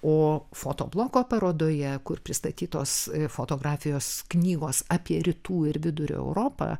o foto bloko parodoje kur pristatytos fotografijos knygos apie rytų ir vidurio europą